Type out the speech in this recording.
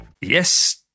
Yes